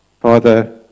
Father